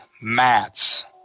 mats